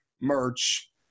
merch